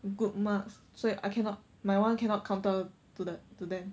good marks so it's I cannot my one cannot counter to the to them